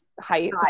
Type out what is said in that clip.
height